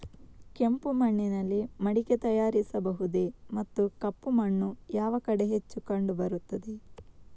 ಕೆಂಪು ಮಣ್ಣಿನಲ್ಲಿ ಮಡಿಕೆ ತಯಾರಿಸಬಹುದೇ ಮತ್ತು ಕಪ್ಪು ಮಣ್ಣು ಯಾವ ಕಡೆ ಹೆಚ್ಚು ಕಂಡುಬರುತ್ತದೆ?